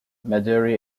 madurai